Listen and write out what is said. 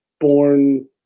born